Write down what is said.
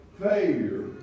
Failure